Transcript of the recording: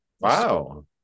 Wow